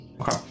Okay